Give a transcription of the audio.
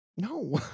No